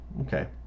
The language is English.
Okay